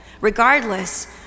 regardless